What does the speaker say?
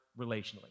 relationally